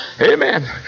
Amen